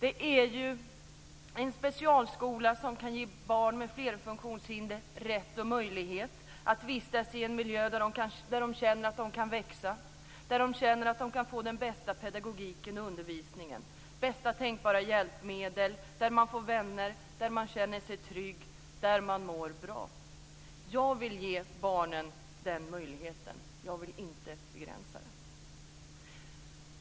Ekeskolan är en specialskola som kan ge barn med flerfunktionshinder rätt och möjlighet att vistas i en miljö där de känner att de kan växa, där de känner att de kan få den bästa pedagogiken och undervisningen. De får de bästa tänkbara hjälpmedel, de får vänner och känner sig trygga. Där mår de bra. Jag vill ge dessa barn den möjligheten. Jag vill inte begränsa den.